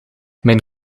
mijn